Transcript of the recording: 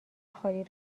خالی